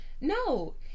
No